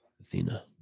athena